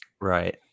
Right